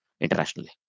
internationally